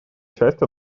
часть